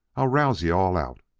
i'll rouse you-all out.